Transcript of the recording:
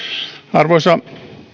arvoisa